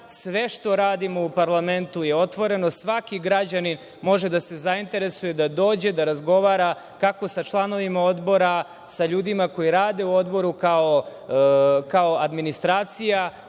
Sve što radimo u parlamentu je otvoreno, svaki građanin može da se zainteresuje, da dođe, da razgovara, kako sa članovima odbora, sa ljudima koji rade u odboru kao administracija,